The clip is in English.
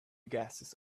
gases